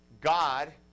God